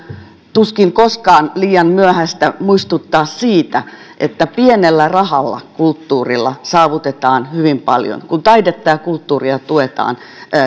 tuskin koskaan liian myöhäistä muistuttaa siitä että pienellä rahalla kulttuurilla saavutetaan hyvin paljon kun taidetta ja kulttuuria tuetaan